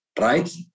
right